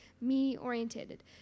me-oriented